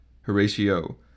Horatio